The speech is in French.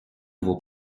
vaut